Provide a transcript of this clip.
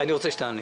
אני רוצה שתענה.